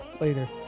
later